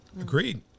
Agreed